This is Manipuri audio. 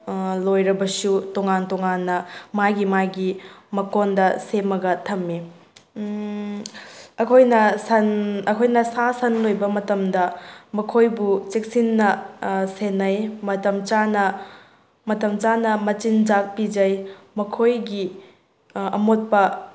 ꯂꯣꯏꯔꯕꯁꯨ ꯇꯣꯡꯉꯥꯟ ꯇꯣꯡꯉꯥꯟꯅ ꯃꯥꯒꯤ ꯃꯥꯒꯤ ꯃꯀꯣꯟꯗ ꯁꯦꯝꯃꯒ ꯊꯝꯃꯤ ꯑꯩꯈꯣꯏꯅ ꯁꯟ ꯑꯩꯈꯣꯏꯅ ꯁꯥ ꯁꯟ ꯂꯣꯏꯕ ꯃꯇꯝꯗ ꯃꯈꯣꯏꯕꯨ ꯆꯦꯛꯁꯤꯟꯅ ꯁꯦꯟꯅꯩ ꯃꯇꯝ ꯆꯥꯅ ꯃꯇꯝ ꯆꯥꯅ ꯃꯆꯤꯟꯖꯥꯛ ꯄꯤꯖꯩ ꯃꯈꯣꯏꯒꯤ ꯑꯃꯣꯠꯄ